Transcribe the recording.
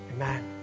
Amen